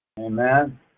Amen